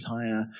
entire